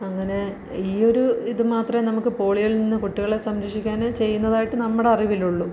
അങ്ങനെ ഈയൊരു ഇതുമാത്രമേ നമുക്ക് പോളിയോയിൽ നിന്ന് കുട്ടികളെ സംരക്ഷിക്കാന് ചെയ്യുന്നതായിട്ട് നമ്മുടെ അറിവിലുള്ളൂ